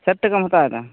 ᱥᱟᱴ ᱴᱟᱠᱟᱢ ᱦᱟᱛᱟᱣ ᱮᱫᱟ